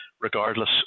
regardless